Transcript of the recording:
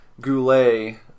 Goulet